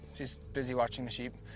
she's busy watching the sheep.